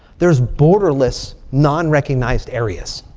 there's borderless non-recognized areas.